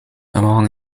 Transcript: among